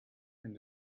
wenn